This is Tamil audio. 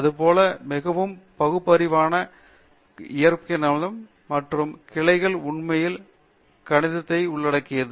இதேபோல் மிகவும் பகுத்தறிவான பகுப்பாய்வு இயற்கணிதம் என்று சில கிளைகள் உண்மையில் கணிதத்தை உள்ளடக்கியது